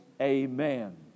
amen